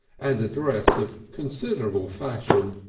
and a dress of considerable fashion,